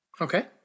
okay